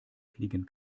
fliegen